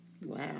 Wow